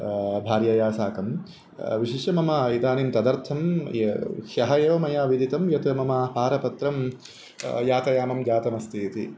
भार्यया साकं विशिष्य मम इदानीं तदर्थं ह्यः एव मया विदितं यत् मम पारपत्रं यातयामं जातम् अस्ति इति